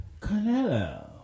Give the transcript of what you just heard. Canelo